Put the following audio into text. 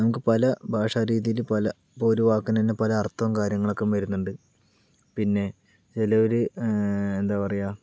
നിങ്ങൾക്ക് പല ഭാഷാരീതിയില് പല ഇപ്പൊ ഒരു വാക്കിന് തന്നെ പല അർത്ഥവും കാര്യങ്ങളുമൊക്കെ വരുന്നുണ്ട് പിന്നെ ഇതിലൊരു എന്താ പറയുക